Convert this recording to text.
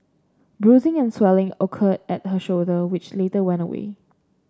bruising and swelling occurred at her shoulder which later went away